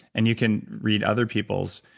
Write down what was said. and you can read other people's,